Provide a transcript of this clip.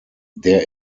der